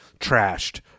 trashed